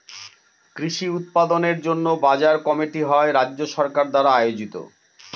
কৃষি উৎপাদনের জন্য বাজার কমিটি হয় রাজ্য সরকার দ্বারা আয়োজিত